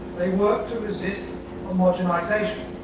they work to resist modernization.